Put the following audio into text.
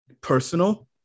personal